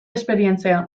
esperientzia